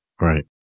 Right